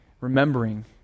remembering